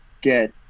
get